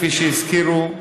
כפי שהזכירו,